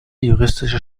juristische